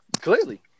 clearly